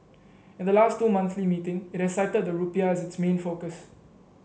at the last two monthly meeting it has cited the rupiah as its main focus